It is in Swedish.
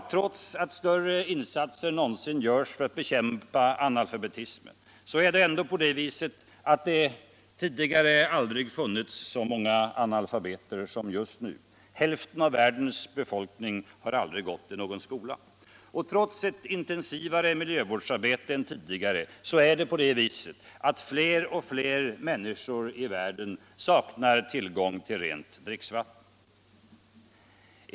Trots att större insatser än någonsin görs för att bekämpa analfabetismen har det aldrig funnits så många analfabeter som just nu; hälften av världens befolkning har aldrig gått i någon skola. Och trots ett intensivare miljövårdsarbete än tidigare saknar fler och fler människor i världen tillgång till rent dricksvatten.